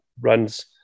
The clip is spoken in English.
runs